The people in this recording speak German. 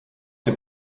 dem